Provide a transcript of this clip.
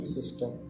System